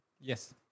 Yes